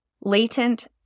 latent